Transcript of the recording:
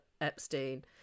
Epstein